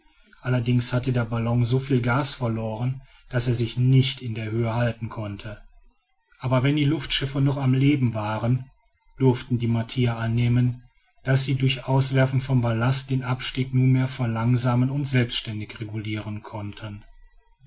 allerdings hatte der ballon so viel gas verloren daß er sich nicht in der höhe halten konnte aber wenn die luftschiffer noch am leben waren durften die martier annehmen daß sie durch auswerfen von ballast ihren abstieg nunmehr verlangsamen und selbständig regulieren konnten